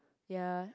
ya